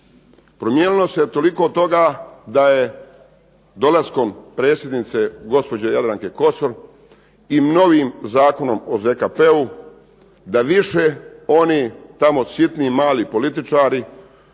Promijenilo se toliko toga da je dolaskom predsjednice gospođe Jadranke Kosor i novim zakonom o ZKP-u da više oni tamo sitni, mali političari